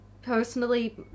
personally